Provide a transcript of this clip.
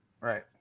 Right